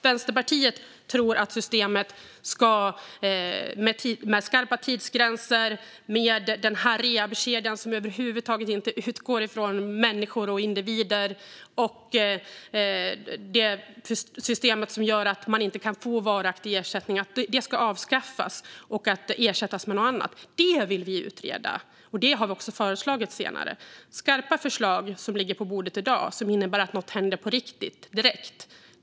Vänsterpartiet tror att systemet med skarpa tidsgränser och med rehabkedjan, som över huvud taget inte utgår från människor och individer, och det system som gör att man inte kan få varaktig ersättning ska avskaffas och ersättas med något annat. Det vill vi utreda, och det har vi också föreslagit. Det ligger skarpa förslag på bordet i dag, som innebär att något händer på riktigt, direkt.